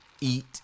Eat